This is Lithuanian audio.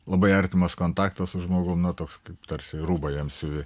labai artimas kontaktas su žmogum na toks kaip tarsi rūbą jam siuvi